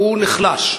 נחלש,